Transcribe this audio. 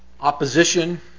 Opposition